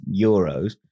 euros